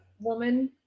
woman